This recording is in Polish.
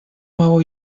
mało